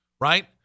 right